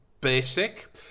basic